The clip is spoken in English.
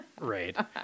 right